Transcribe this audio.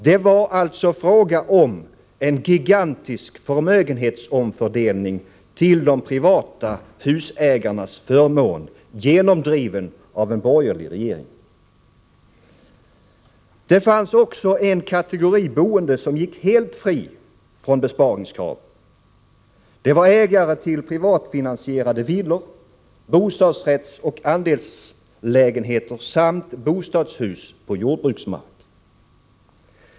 Det var alltså fråga om en gigantisk förmögenhetsomfördelning till de privata husägarnas förmån, genomdriven av en borgerlig regering. Det fanns också en kategori boende som gick helt fri från besparingskraven. Det var ägare till privatfinansierade villor, bostadsrättsoch andelslägenheter samt bostadshus på jordbruksmark.